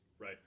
Right